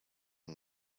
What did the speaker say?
and